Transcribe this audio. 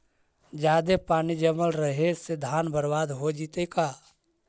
जादे पानी जमल रहे से धान बर्बाद हो जितै का?